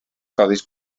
codis